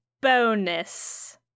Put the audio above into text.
bonus